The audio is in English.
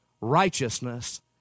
righteousness